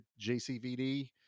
JCVD